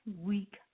week